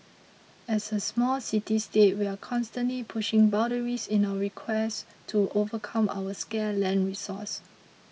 as a small city state we are constantly pushing boundaries in our request to overcome our scarce land resource